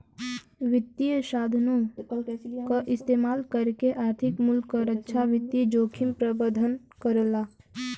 वित्तीय साधनों क इस्तेमाल करके आर्थिक मूल्य क रक्षा वित्तीय जोखिम प्रबंधन करला